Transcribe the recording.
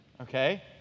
Okay